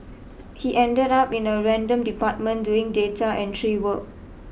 he ended up in a random department doing data entry work